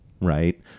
right